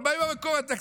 אבל מה עם המקור התקציבי?